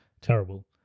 Terrible